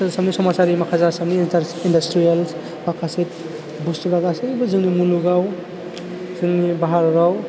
आसामनि समासारि माखासे आसामनि इन्दासट्रिवेल माखासे बस्थुवा गासैबो जोंनि मुुलुगाव जोंनि भारतआव